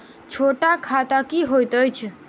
छोट खाता की होइत अछि